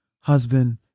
husband